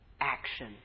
action